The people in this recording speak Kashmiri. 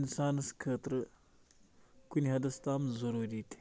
اِنسانَس خٲطرٕ کُنہِ حَدَس تام ضروٗری تہِ